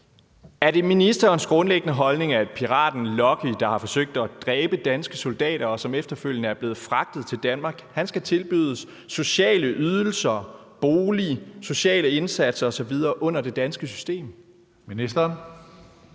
Er det ministerens grundlæggende holdning, at piraten Lucky, der har forsøgt at dræbe danske soldater, og som efterfølgende er blevet fragtet til Danmark, skal tilbydes sociale ydelser, bolig, sociale indsatser osv. under det danske system? Kl.